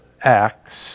Acts